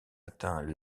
atteint